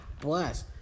bless